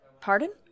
Pardon